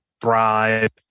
Thrive